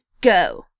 go